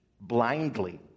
blindly